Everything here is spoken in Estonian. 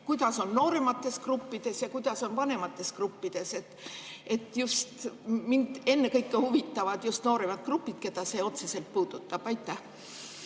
kuidas on nooremates gruppides ja kuidas on vanemates gruppides? Mind ennekõike huvitavad just nooremad grupid, keda see otseselt puudutab.